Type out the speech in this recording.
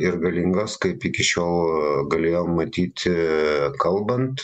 ir galingos kaip iki šiol galėjom matyti kalbant